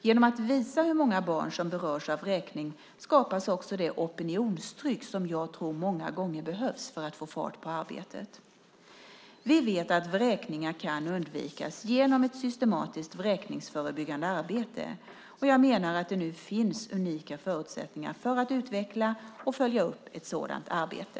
Genom att visa hur många barn som berörs av vräkning skapas också det opinionstryck som jag tror många gånger behövs för att få fart på arbetet. Vi vet att vräkningar kan undvikas genom ett systematiskt vräkningsförebyggande arbete. Jag menar att det nu finns unika förutsättningar för att utveckla och följa upp ett sådant arbete.